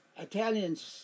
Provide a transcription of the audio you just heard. Italians